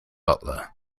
butler